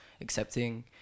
accepting